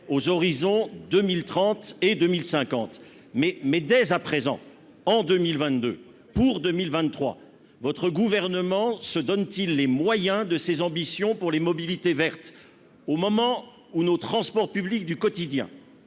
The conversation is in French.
aux horizons 2030 et 2050, mais, mais, dès à présent en 2022 pour 2023 votre gouvernement se donne-t-il les moyens de ses ambitions pour les mobilités vertes au moment où nos transports publics du quotidien